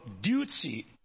duty